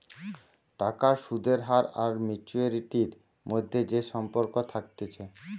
টাকার সুদের হার আর ম্যাচুয়ারিটির মধ্যে যে সম্পর্ক থাকতিছে